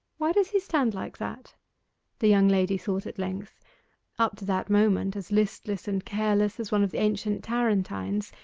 why does he stand like that the young lady thought at length up to that moment as listless and careless as one of the ancient tarentines,